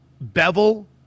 Bevel